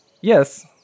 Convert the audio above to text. yes